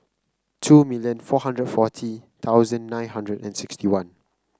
two million four hundred forty thousand nine hundred and sixty one